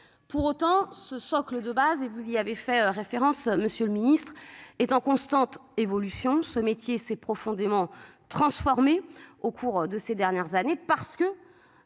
Pour autant ce socle de base et vous y avez fait référence Monsieur le Ministre est en constante évolution ce métier s'est profondément transformé au cours de ces dernières années parce que.